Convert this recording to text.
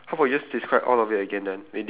actually I've no idea what to talk about